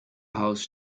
house